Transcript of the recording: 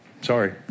Sorry